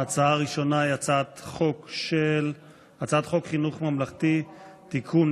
ההצעה הראשונה היא הצעת חוק חינוך ממלכתי (תיקון,